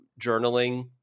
journaling